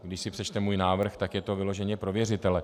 Když si přečte můj návrh, tak je to vyloženě pro věřitele.